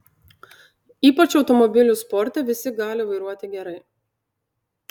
ypač automobilių sporte visi gali vairuoti gerai